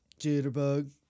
Jitterbug